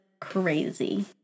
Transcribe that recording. crazy